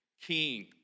king